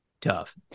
tough